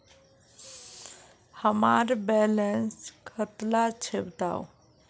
हमार बैलेंस कतला छेबताउ?